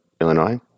Illinois